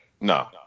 No